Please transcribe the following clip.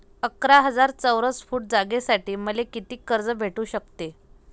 अकरा हजार चौरस फुट जागेसाठी मले कितीक कर्ज भेटू शकते?